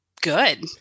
good